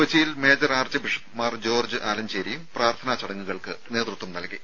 കൊച്ചിയിൽ major archbishop Mar George ആലഞ്ചേരിയും പ്രാർത്ഥനാ ചടങ്ങുകൾക്ക് നേതൃത്വം നൽകി